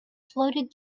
floated